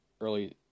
early